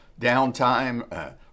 downtime